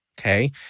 Okay